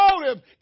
motive